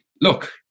look